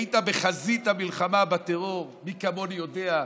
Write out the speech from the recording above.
היית בחזית המלחמה בטרור, מי כמוני יודע.